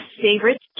favorite